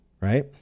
right